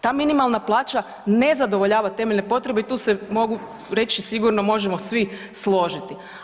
Ta minimalna plaća ne zadovoljava minimalne potrebe i tu mogu reći sigurno možemo svi složiti.